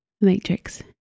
Matrix